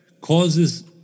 causes